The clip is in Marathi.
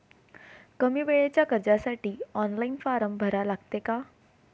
कमी वेळेच्या कर्जासाठी ऑनलाईन फारम भरा लागते का?